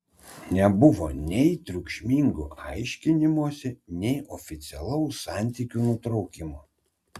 nebuvo nei triukšmingo aiškinimosi nei oficialaus santykių nutraukimo